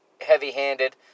heavy-handed